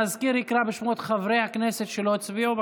המזכיר יקרא בשמות חברי הכנסת שלא הצביעו.